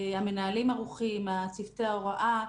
המנהלים ערוכים, צוותי ההוראה.